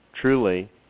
Truly